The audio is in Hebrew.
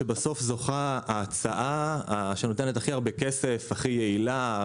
שבסוף זוכה ההצעה שנותנת הכי הרבה כסף; הכי יעילה,